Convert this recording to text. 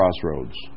crossroads